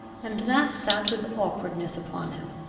and that sat with awkwardness upon him.